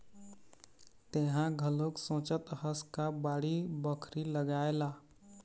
तेंहा घलोक सोचत हस का बाड़ी बखरी लगाए ला?